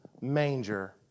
manger